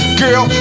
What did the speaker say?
girl